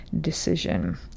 decision